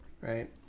right